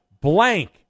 blank